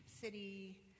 city